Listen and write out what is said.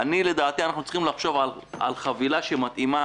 לדעתי, אנחנו צריכים לחשוב על חבילה שמתאימה